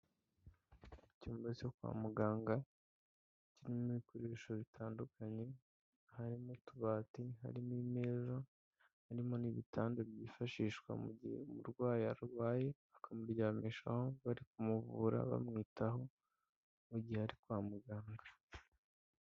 Icyumba cyo kwa muganga, kirimo ibikoresho bitandukanye, harimo utubati, harimo imeza, harimo n'ibitanda byifashishwa mu gihe umurwayi arwaye, bakamuryamishaho bari kumuvura, bamwitaho mu gihe ari kwa muganga.